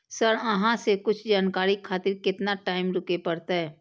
Sir अहाँ से कुछ जानकारी खातिर केतना टाईम रुके परतें?